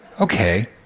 Okay